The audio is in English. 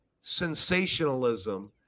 sensationalism